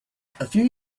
few